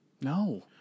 No